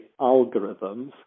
algorithms